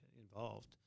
involved